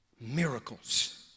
miracles